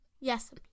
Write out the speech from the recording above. Yes